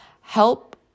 help